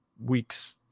weeks